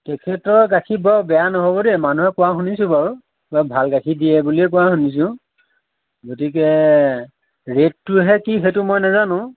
তেখেতৰ গাখীৰ বৰ বেয়া ন'হব দেই মানুহে কোৱা শুনিছোঁ বাৰু বৰ ভাল গাখীৰ দিয়ে বুলিয়েই কোৱা শুনিছোঁ গতিকে ৰেডটোহে কি সেইটো মই নাজানো